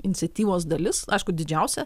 iniciatyvos dalis aišku didžiausia